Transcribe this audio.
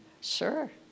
Sure